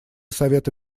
совета